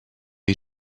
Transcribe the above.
you